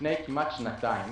לפני כמעט שנתיים,